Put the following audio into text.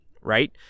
right